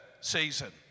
season